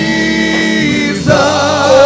Jesus